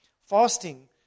Fasting